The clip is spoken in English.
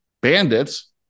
bandits